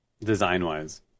design-wise